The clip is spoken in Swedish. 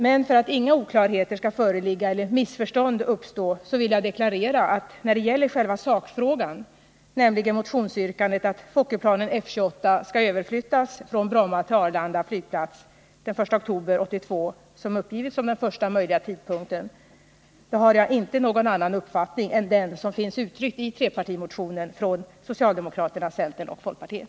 Men för att inga oklarheter skall föreligga eller missförstånd uppstå vill jag deklarera att jag när det gäller själva sakfrågan — dvs. motionsyrkandet att Fokkerplanen F 28 skall överflyttas från Bromma till Arlanda flygplats den 1 oktober 1982, som uppgivits som den första möjliga tidpunkten — inte har någon annan uppfattning än den som finns uttryckt i trepartimotionen från socialdemokraterna, centern och folkpartiet.